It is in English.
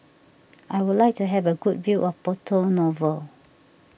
I would like to have a good view of Porto Novo